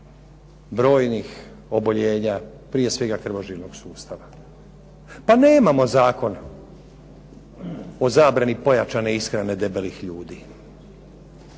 brojnih oboljenja prije svega krvožilnog sustava. Pa nemamo zakon o zabrani pojačane ishrane debelih ljudi?